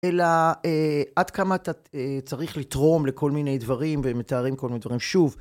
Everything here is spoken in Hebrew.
אלא עד כמה אתה צריך לתרום לכל מיני דברים, ומתארים כל מיני דברים, שוב.